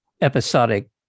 episodic